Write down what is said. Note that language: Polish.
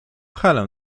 helę